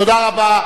תודה רבה.